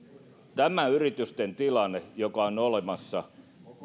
tämä yrittäjien tilanne joka on olemassa